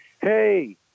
hey